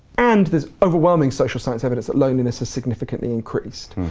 and there's overwhelming social science evidence that loneliness has significantly increased.